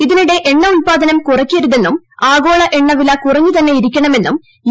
ഇതിനിടെ എണ്ണ് ഉൽപാദനം കുറയ്ക്കരുതെന്നും ആഗോള എണ്ണവില ക്ടുറഞ്ഞു തന്നെ ഇരിക്കണമെന്നും യു